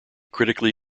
critically